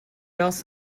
else